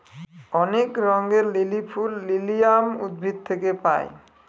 অনেক রঙের লিলি ফুল লিলিয়াম উদ্ভিদ থেকে পায়